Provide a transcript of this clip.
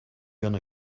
gonna